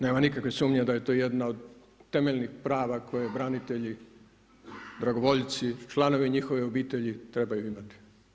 Nema nikakve sumnje da je to jedno od temeljnih prava, koji branitelji, dragovoljci, članovi njihove obitelji trebaju imati.